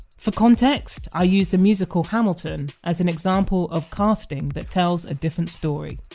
for context, i used the musical hamilton as an example of casting that tells a different story